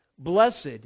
Blessed